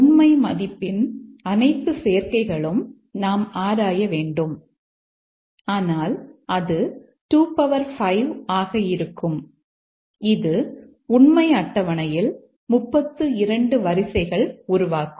உண்மை மதிப்பின் அனைத்து சேர்க்கைகளும் நாம் ஆராய வேண்டும் ஆனால் அது 25 ஆக இருக்கும் இது உண்மை அட்டவணையில் 32 வரிசைகள் உருவாக்கும்